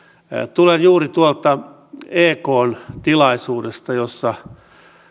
tulen juuri ekn tilaisuudesta jossa